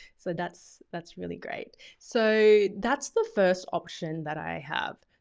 so that's, that's really great. so that's the first option that i have.